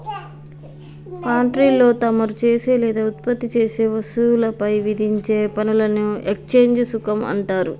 పాన్ట్రీలో తమరు చేసే లేదా ఉత్పత్తి చేసే వస్తువులపై విధించే పనులను ఎక్స్చేంజ్ సుంకం అంటారు